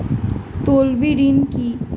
তলবি ঋণ কি?